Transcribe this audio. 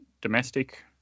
domestic